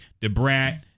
DeBrat